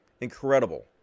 incredible